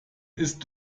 ist